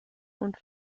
und